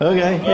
Okay